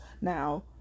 Now